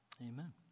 Amen